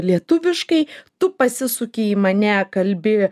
lietuviškai tu pasisuki į mane kalbi